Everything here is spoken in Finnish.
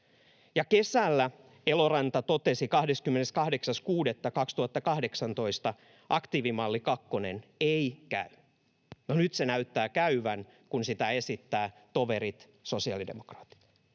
kesällä Eloranta totesi 28.6.2018: ”Aktiivimalli kakkonen ei käy”. No nyt se näyttää käyvän, kun sitä esittävät toverit, sosiaalidemokraatit.